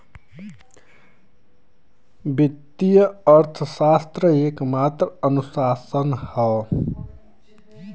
वित्तीय अर्थशास्त्र एक मात्रात्मक अनुशासन हौ